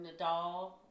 Nadal